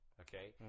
okay